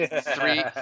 three